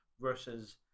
versus